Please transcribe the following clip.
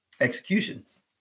executions